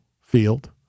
field